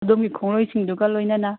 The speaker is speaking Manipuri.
ꯑꯗꯣꯝꯒꯤ ꯈꯣꯡꯂꯣꯏꯁꯤꯡꯗꯨꯒ ꯂꯣꯏꯅꯅ